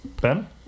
Ben